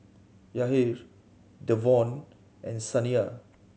Yair Devaughn and Saniyah